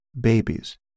babies